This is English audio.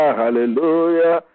hallelujah